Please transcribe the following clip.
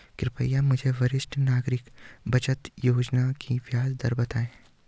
कृपया मुझे वरिष्ठ नागरिक बचत योजना की ब्याज दर बताएँ